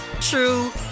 true